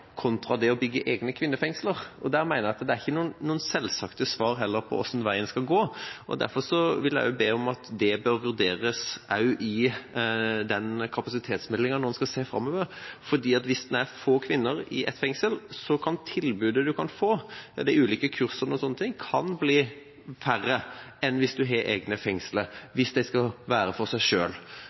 kontra det å bygge egne kvinnefengsler. Der mener jeg det ikke er noen selvsagte svar på hvilken vei en skal gå. Derfor vil jeg be om at det også bør vurderes i kapasitetsmeldinga når en skal se framover, for hvis det er få kvinner i ett fengsel, kan tilbudet de kan få, ulike kurs og slikt, bli færre enn hvis en har egne fengsler og de skal være for seg